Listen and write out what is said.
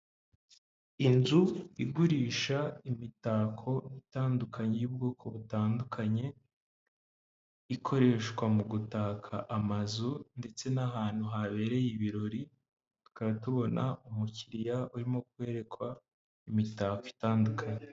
Inzu igurisha imitako itandukanye y'ubwoko butandukanye, ikoreshwa mu gutaka amazu ndetse n'ahantu habereye ibirori, tukaba tubona umukiriya urimo kwerekwa imitako itandukanye.